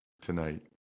tonight